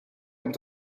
able